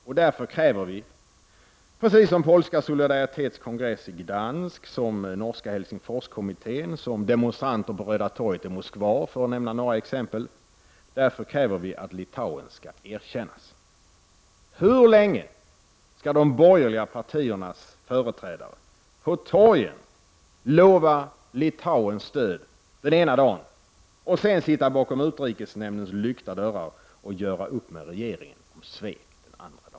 Och därför kräver vi — precis som t.ex. polska Solidaritets kongress i Gdansk, som den norska Helsingforskommittén och som demonstranterna på Röda torget i Moskva — att Litauen skall erkännas. Hur länge skall de borgerliga partiernas företrädare den ena dagen stå på torg och lova Litauen stöd och den andra dagen sitta bakom utrikesnämndens lyckta dörrar och göra upp med regeringen om svek?